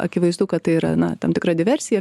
akivaizdu kad tai yra na tam tikra diversija